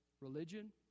religion